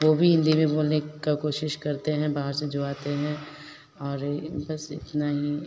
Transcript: वह भी हिन्दी में बोलने की कोशिश करते हैं बाहर से जो आते हैं और यह बस इतना ही